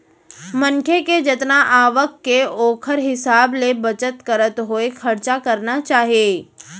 मनखे के जतना आवक के ओखर हिसाब ले बचत करत होय खरचा करना चाही